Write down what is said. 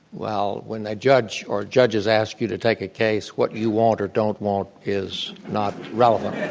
well, when the judge or judges ask you to take a case, what you want or don't want is not relevant.